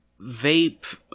vape